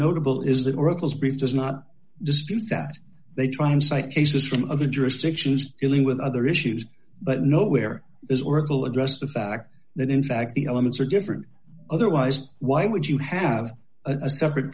beef does not dispute that they try and cite cases from other jurisdictions dealing with other issues but nowhere is oracle addressed the fact that in fact the elements are different otherwise why would you have a separate